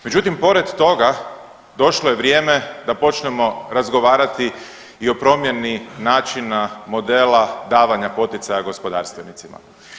Međutim, pored toga došlo je vrijeme da počnemo razgovarati i o promjeni načina modela davanja poticaja gospodarstvenicima.